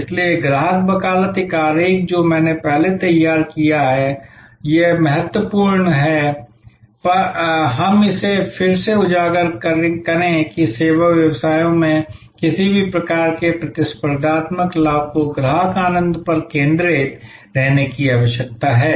इसलिए ग्राहक वकालत यह आरेख जो मैंने पहले तैयार किया है और यह महत्वपूर्ण है कि हम इसे फिर से उजागर करें कि सेवा व्यवसायों में किसी भी प्रकार के प्रतिस्पर्धात्मक लाभ को ग्राहक आनंद पर केंद्रित रहने की आवश्यकता है